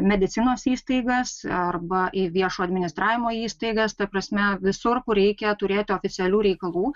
medicinos įstaigas arba į viešo administravimo įstaigas ta prasme visur kur reikia turėti oficialių reikalų